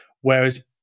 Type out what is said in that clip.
whereas